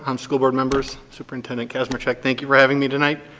um school board members, superintendent kazmierczak. thank you for having me tonight.